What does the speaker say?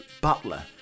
butler